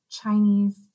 Chinese